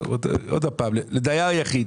לדייר יחיד.